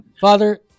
Father